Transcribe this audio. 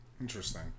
Interesting